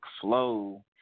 flow